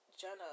Jenna